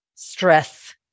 Stress